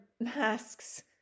masks